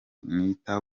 nita